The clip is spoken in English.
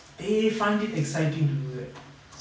they find it exciting to that